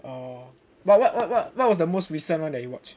err what what what what what was the most recent one thhat you watch